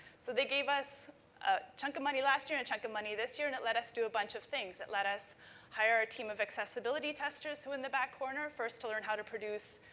so, they gave us a chunk of money last year and a chunk of money this year and it let us do a bunch of things. it let us hire our team of accessibility testers who, in the back corner, first to learn how to produce